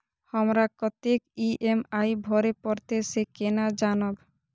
हमरा कतेक ई.एम.आई भरें परतें से केना जानब?